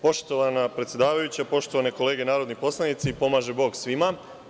Poštovana predsedavajuća, poštovane kolege narodni poslanici, pomaže Bog svima.